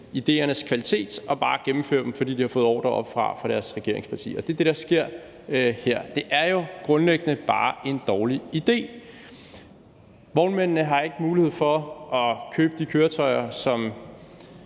idéernes kvalitet, men bare gennemfører dem, fordi de har fået ordre oppefra i deres regeringspartier. Det er det, der sker her. Det er jo grundlæggende bare en dårlig idé. Vognmændene har ikke mulighed for at købe de køretøjer, som